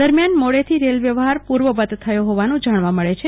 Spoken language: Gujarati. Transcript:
દરમ્યાન મોડેથી રેલ વ્યવહાર પુર્વવત થયો હોવાનું જાણવા મળે છે